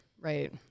right